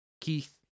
Keith